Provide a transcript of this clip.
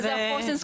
מרכזי החוסן,